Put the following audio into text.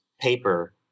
paper